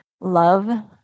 love